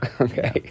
Okay